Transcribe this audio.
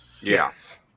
Yes